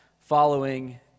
following